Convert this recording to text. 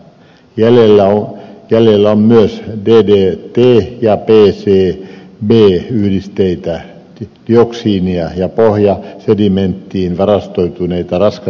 jäljellä on myös ddt ja pcb yhdisteitä dioksiinia ja pohjasedimenttiin varastoituneita raskasmetalleja